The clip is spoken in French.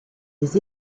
des